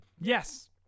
Yes